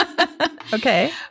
Okay